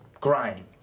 Grime